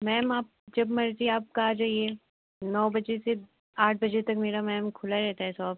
ma'am आप जब मर्जी आपका आ जाइए नौ बजे से आठ बजे तक मेरा मैम खुला रहता है सॉप